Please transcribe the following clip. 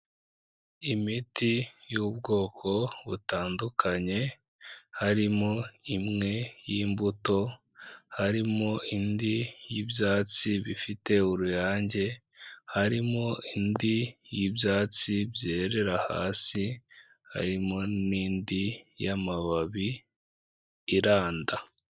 Imiti y'ubwoko butandukanye harimo imwe y'imbuto, harimo indi y'ibyatsi bifite uruyange, harimo indi y'ibyatsi byerera hasi, harimo n'indi y'amababi iranda.